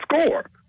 score